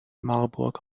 marburg